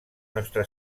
nostra